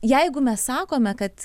jeigu mes sakome kad